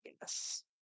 Yes